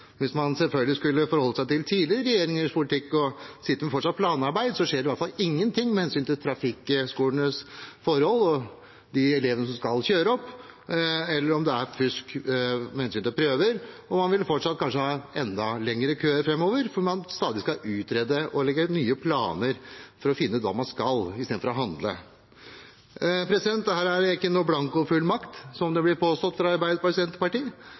Hvis man skulle forholdt seg til tidligere regjeringers politikk og fortsatt sitte med planarbeid, skjer det i hvert fall ingenting med hensyn til trafikkskolenes forhold og de elevene som skal kjøre opp, eller med hensyn til å fuske på prøver. Man ville kanskje også hatt enda lengre køer framover, fordi man stadig skal utrede og legge nye planer for å finne ut hva man skal, istedenfor å handle. Dette er ikke noen blankofullmakt, som det blir påstått fra Arbeiderpartiet og Senterpartiet.